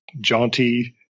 jaunty